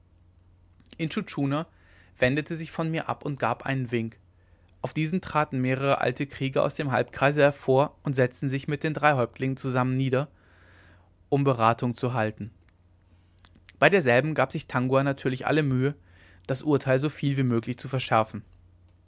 intschu tschuna wendete sich von mir ab und gab einen wink auf diesen traten mehrere alte krieger aus dem halbkreise hervor und setzten sich mit den drei häuptlingen zusammen nieder um beratung zu halten bei derselben gab sich tangua natürlich alle mühe das urteil so viel wie möglich zu verschärfen